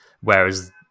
Whereas